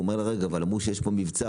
הוא אומר רגע אמרו שיש פה מבצע,